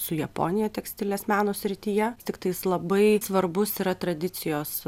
su japonija tekstilės meno srityje tiktais labai svarbus yra tradicijos